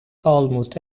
almost